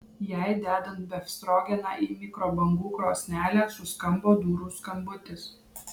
jai dedant befstrogeną į mikrobangų krosnelę suskambo durų skambutis